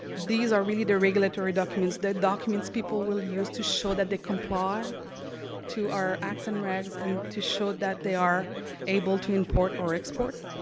these are really the regulatory documents. the documents that people will use to show that they comply to our acts and regs and to show that they are able to import or export.